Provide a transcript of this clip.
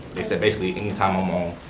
they said basically anytime i'm on,